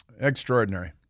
Extraordinary